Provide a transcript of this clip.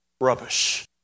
rubbish